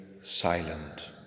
silent